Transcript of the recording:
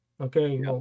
Okay